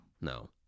No